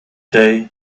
day